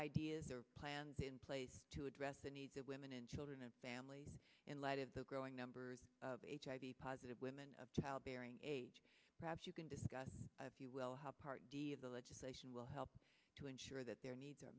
ideas or plans in place to address the needs of women and children and families in light of the growing numbers of hiv positive women of childbearing age perhaps you can discuss if you will help part of the legislation will help to ensure that their needs are